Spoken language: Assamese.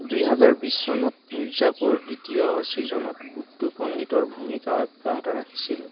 দুইহাজাৰ বিছ চনত মিৰ্জাপুৰ দ্বিতীয় ছিজনত গুদ্দু পণ্ডিতৰ ভূমিকা অব্যাহত ৰাখিছিল